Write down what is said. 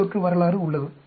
we தொற்று வரலாறு உள்ளது